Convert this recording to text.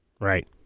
Right